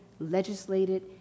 legislated